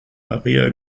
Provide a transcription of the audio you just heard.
maria